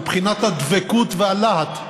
מבחינת הדבקות והלהט.